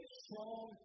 strong